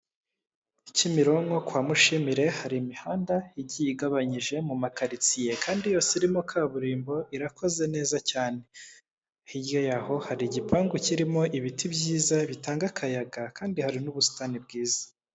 Kimironko kwa Mushimire hari imihanda igiye igabanyije mu ma karitsiye kandi yose irimo kaburimbo, irakoze neza cyane, hirya y'aho hari igipangu kirimo ibiti byiza bitanga akayaga kandi hari n'ubusitani bwiza.